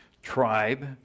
tribe